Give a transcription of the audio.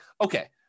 okay